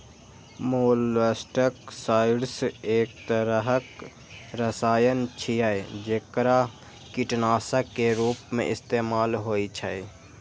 molluscicides एक तरहक रसायन छियै, जेकरा कीटनाशक के रूप मे इस्तेमाल होइ छै